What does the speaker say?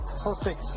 perfect